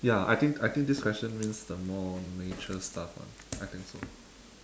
ya I think I think this question means the more nature stuff [one] I think so